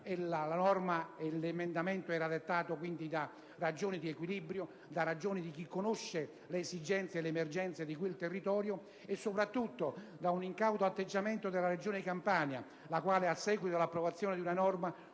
maggiore. L'emendamento era dettato quindi da ragioni di equilibrio, dalle ragioni di chi conosce le esigenze e le emergenze di quel territorio e soprattutto da un incauto atteggiamento della Regione Campania, la quale, a seguito dell'approvazione di una norma,